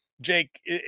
Jake